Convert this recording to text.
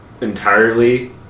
Entirely